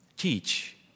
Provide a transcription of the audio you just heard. teach